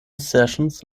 sessions